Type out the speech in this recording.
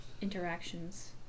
interactions